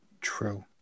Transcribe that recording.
True